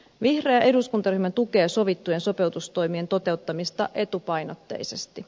vihreä eduskuntaryhmä tukee sovittujen sopeutustoimien toteuttamista etupainotteisesti